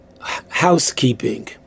housekeeping